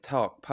Talk